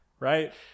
Right